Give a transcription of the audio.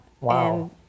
Wow